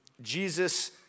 Jesus